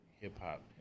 hip-hop